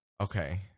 Okay